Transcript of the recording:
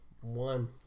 one